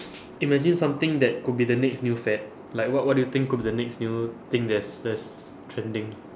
imagine something that could be the next new fad like what what do you think could be the next new thing that's that's trending